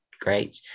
great